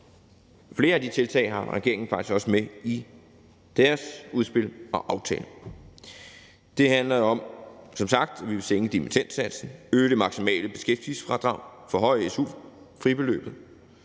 flere af de tiltag har regeringen faktisk også med i deres udspil og aftale. Det handler om, at vi vil sænke dimittendsatsen, øge det maksimale beskæftigelsesfradrag, forhøje su-fribeløbet,